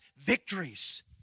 victories